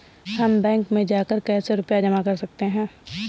हम बैंक में जाकर कैसे रुपया जमा कर सकते हैं?